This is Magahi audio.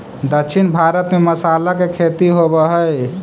दक्षिण भारत में मसाला के खेती होवऽ हइ